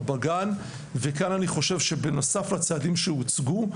או בגן וכאן אני חושב שבנוסף לצעדים שהוצגו,